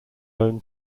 own